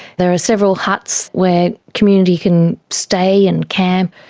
there are several huts where community can stay and camp.